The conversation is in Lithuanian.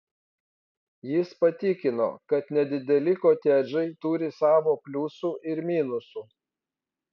jis patikino kad nedideli kotedžai turi savo pliusų ir minusų